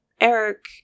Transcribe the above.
Eric